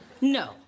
No